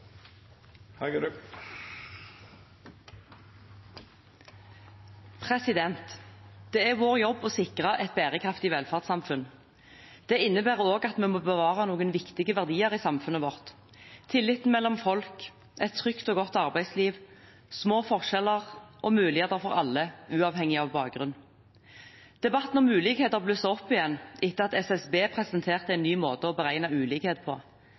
utfordringer. Det er vår jobb å sikre et bærekraftig velferdssamfunn. Det innebærer også at vi må bevare noen viktige verdier i samfunnet vårt: tilliten mellom folk, et trygt og godt arbeidsliv, små forskjeller og muligheter for alle uavhengig av bakgrunn. Debatten om ulikhet har blusset opp igjen etter at SSB presenterte en ny måte å beregne ulikhet på.